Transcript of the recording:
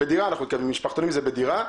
משפחתונים זה בדירה.